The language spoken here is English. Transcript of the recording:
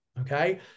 Okay